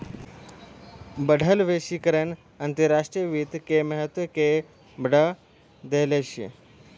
बढ़ल वैश्वीकरण अंतर्राष्ट्रीय वित्त के महत्व के बढ़ा देहलेस